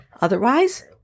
Otherwise